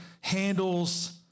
handles